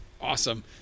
Awesome